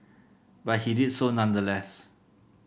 but he did so nonetheless